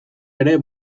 ere